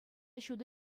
ҫутӑ